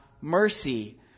mercy